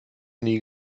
nie